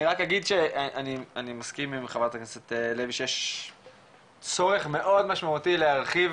אני רק אגיד שאני מסכים עם חברת הכנסת לוי שיש צורך מאוד משמעותי להרחיב